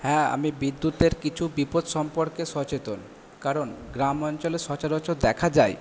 হ্যাঁ আমি বিদ্যুতের কিছু বিপদ সম্পর্কে সচেতন কারণ গ্রামাঞ্চলে সচরাচর দেখা যায়